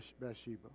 Bathsheba